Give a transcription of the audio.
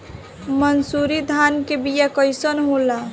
मनसुरी धान के बिया कईसन होला?